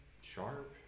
sharp